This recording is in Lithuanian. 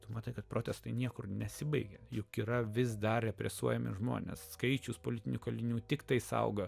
tu matai kad protestai niekur nesibaigia juk yra vis dar represuojami žmonės skaičius politinių kalinių tiktai saugo